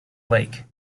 lake